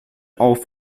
auf